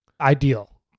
ideal